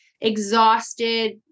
exhausted